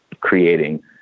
creating